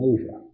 Asia